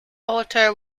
alto